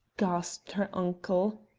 gasped her uncle.